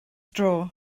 dro